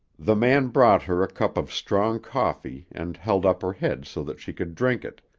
the man brought her a cup of strong coffee and held up her head so that she could drink it,